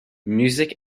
music